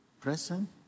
present